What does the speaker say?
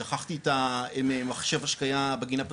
שכחתי את המחשב השקיה בגינה פתוח,